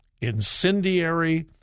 incendiary